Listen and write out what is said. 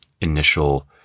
initial